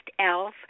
elf